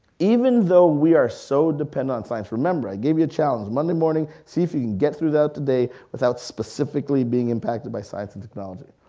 even though we are so dependent on science, remember i gave you a challenge, monday morning see if you can get throughout the day without specifically being impacted by science and technology.